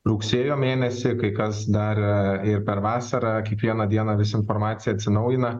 rugsėjo mėnesį kai kas dar ir per vasarą kiekvieną dieną vis informacija atsinaujina